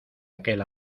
aquel